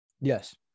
yes